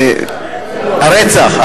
הרצח.